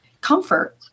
comfort